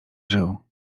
żył